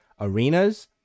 arenas